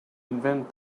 invent